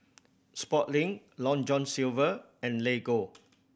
Sportslink Long John Silver and Lego